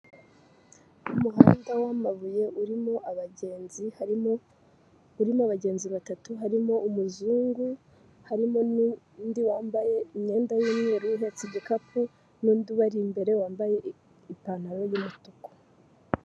Umuhanda wamabuye urimo abagenzi ,harimo abagenzi batatu harimo umuzungu, harimo nundi wambaye imyenda y'umweru uhetse igikapu, nundi ubari imbere wambaye ipantaro y'umutuku.